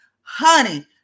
honey